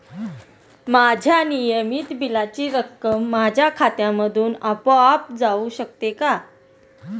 माझ्या नियमित बिलाची रक्कम माझ्या खात्यामधून आपोआप जाऊ शकते का?